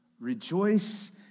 Rejoice